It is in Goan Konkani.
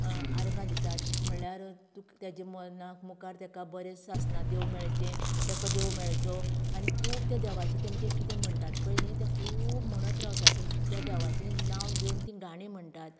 आर्गां दितात म्हळ्यार तेजे मरणाक मुखार तेका बरें सासणाचें देव मेळचें तेका देव मेळचो आनी खूब तें देवाचें तेंमचें जें म्हणटात पळय न्ही तें खूब म्हणत रावता त्या देवाचें नांव घेवन तीं गाणीं म्हणटात